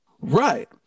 Right